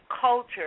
culture